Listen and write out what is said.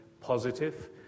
positive